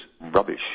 rubbish